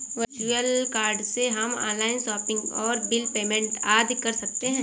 virtual card से हम online shopping और बिल पेमेंट आदि कर सकते है